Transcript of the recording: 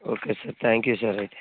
okay sir thank you sir అయితే